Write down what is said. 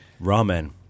Ramen